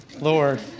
Lord